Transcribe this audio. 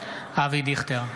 אבי דיכטר,